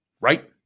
Right